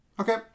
Okay